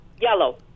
Yellow